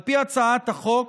על פי הצעת החוק,